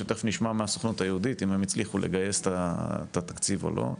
שתכף נשמע מהסוכנות היהודית אם הם הצליחו לגייס את התקציב או לא.